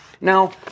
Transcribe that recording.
Now